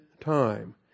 time